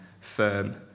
firm